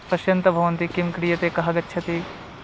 पश्यन्तः भवन्ति किं क्रियते कः गच्छति